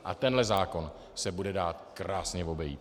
A tenhle zákon se bude dát krásně obejít.